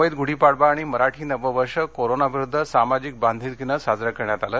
मुंबईत गुढीपाडवा आणि मराठी नववर्ष कोरोनाविरुद्ध सामजिक बांधिलकीनं साजरे करण्यात आलं